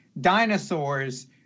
dinosaurs